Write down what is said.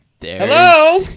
Hello